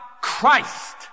Christ